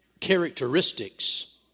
characteristics